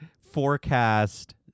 forecast